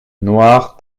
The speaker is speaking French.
noir